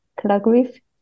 calligraphy